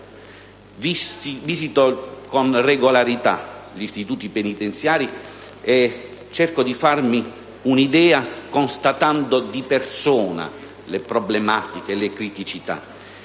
Visito con regolarità gli istituti penitenziari e cerco di farmi un'idea costatando di persona le problematiche e le criticità: